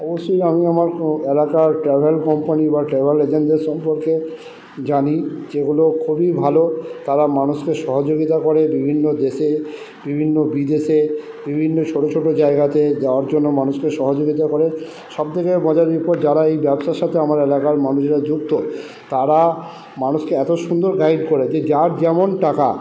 অবশ্যই আমি আমার এলাকার ট্রাভেল কোম্পানি বা ট্রাভেল এজেন্টদের সম্পর্কে জানি যেগুলো খুবই ভালো তারা মানুষকে সহযোগিতা করে বিভিন্ন দেশে বিভিন্ন বিদেশে বিভিন্ন ছোটো ছোটো জায়গাতে যাওয়ার জন্য মানুষকে সহযোগিতা করে সব থেকে মজার যারা এই ব্যবসার সাথে আমার এলাকার মানুষরা যুক্ত তারা মানুষকে এত সুন্দর গাইড করে যে যার যেমন টাকা